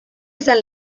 izan